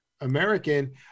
American